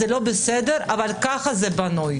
זה לא בסדר אך כך זה בנוי.